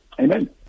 Amen